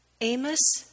Amos